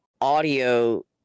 audio